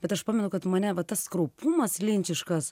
bet aš pamenu kad mane va tas kraupumas linčiškas